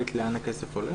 למשרד האוצר,